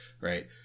right